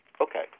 Okay